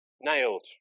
Nailed